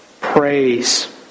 praise